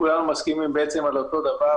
כולנו מסכימים בעצם על אותו דבר,